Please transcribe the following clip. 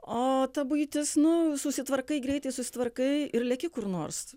o ta buitis nu susitvarkai greitai susitvarkai ir leki kur nors